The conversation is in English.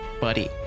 Buddy